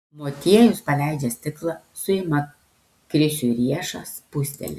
motiejus paleidžia stiklą suima krisiui riešą spusteli